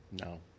No